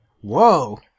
Whoa